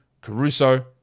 Caruso